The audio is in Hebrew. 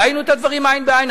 ראינו את הדברים עין בעין,